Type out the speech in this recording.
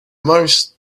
most